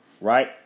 Right